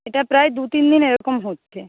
এটা প্রায় দু তিন দিন এরকম হচ্ছে